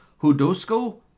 Hudosko